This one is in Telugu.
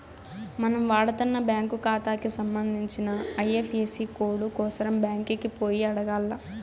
మనం వాడతన్న బ్యాంకు కాతాకి సంబంధించిన ఐఎఫ్ఎసీ కోడు కోసరం బ్యాంకికి పోయి అడగాల్ల